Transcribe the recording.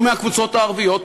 או מהקבוצות הערביות,